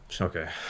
Okay